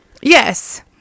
Yes